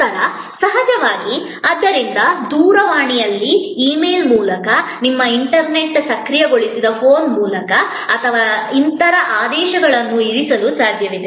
ನಂತರ ಸಹಜವಾಗಿ ಆದ್ದರಿಂದ ದೂರವಾಣಿಯಲ್ಲಿ ಇಮೇಲ್ ಮೂಲಕ ನಿಮ್ಮ ಇಂಟರ್ನೆಟ್ ಸಕ್ರಿಯಗೊಳಿಸಿದ ಫೋನ್ ಮೂಲಕ ಮತ್ತು ಇನ್ನಿತರ ಆದೇಶಗಳನ್ನು ಇರಿಸಲು ಸಾಧ್ಯವಿದೆ